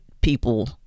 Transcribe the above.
people